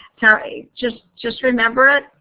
just just remember it,